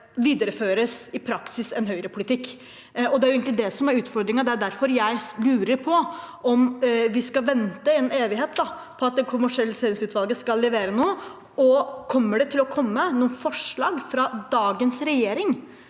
videreføres i praksis en høyrepolitikk. Det er egentlig det som er utfordringen, og det er derfor jeg lurer på om vi skal vente en evighet på at det avkommersialiseringsutvalget skal levere noe. Vil det komme noen forslag fra dagens regjering,